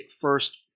first